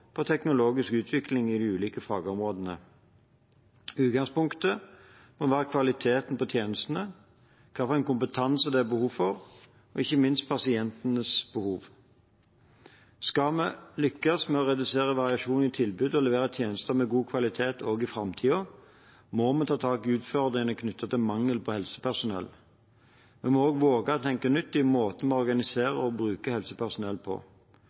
på teknologisk utvikling i de ulike fagområdene. Utgangspunktet må være kvaliteten på tjenestene, hvilken kompetanse det er behov for, og – ikke minst – pasientenes behov. Skal vi lykkes med å redusere variasjonen i tilbudet og levere tjenester med god kvalitet også i framtiden, må vi ta tak i utfordringene knyttet til mangel på helsepersonell. Vi må også våge å tenke nytt i måten vi organiserer og bruker helsepersonell på.